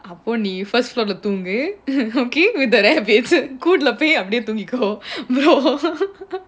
அப்பநீ: appa ni first floor lah தூங்கு: dhungu okay with the rabbits கூண்டுலபோய்அப்டியேதூங்கிக்கோ: kuntila pooi apdiye dhungiko